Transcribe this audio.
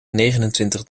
negenentwintig